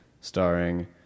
starring